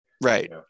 right